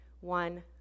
one